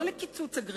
לא לקיצוץ אגרסיבי.